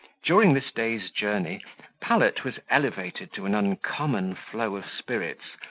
during this day's journey pallet was elevated to an uncommon flow of spirits,